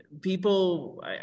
people